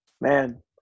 Man